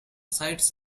sides